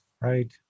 Right